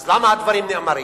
אז למה הדברים נאמרים?